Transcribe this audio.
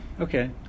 Okay